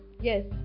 Yes